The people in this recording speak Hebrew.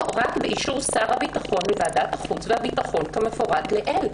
רק באישור שר הביטחון וועדת החוץ והביטחון כמפורט לעיל."